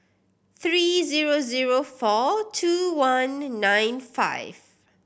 three zero zero four two one nine five